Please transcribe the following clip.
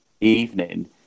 evening